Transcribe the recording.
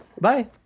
Bye